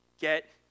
get